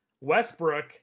Westbrook